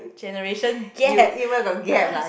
generation gap ask